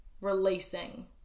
releasing